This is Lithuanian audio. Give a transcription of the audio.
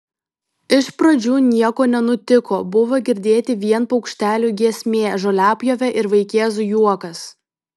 iš pradžių nieko nenutiko buvo girdėti vien paukštelių giesmė žoliapjovė ir vaikėzų juokas